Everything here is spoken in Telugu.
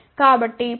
కాబట్టి 0